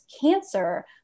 cancer